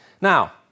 Now